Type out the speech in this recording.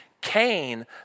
Cain